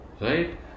Right